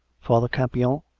father campion,